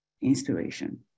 inspiration